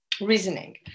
reasoning